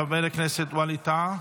חבר הכנסת ווליד טאהא,